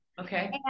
Okay